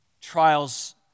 trials